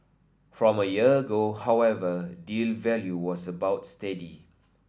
from a year ago however deal value was about steady